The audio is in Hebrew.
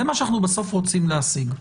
זה מה שאנחנו בסוף רוצים להשיג.